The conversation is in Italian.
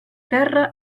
terra